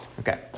Okay